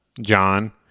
John